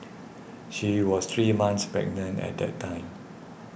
she was three months pregnant at the time